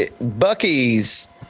Bucky's